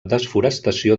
desforestació